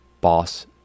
boss